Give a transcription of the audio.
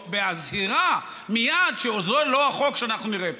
בהזהירה מייד שזה לא החוק שאנחנו נראה פה.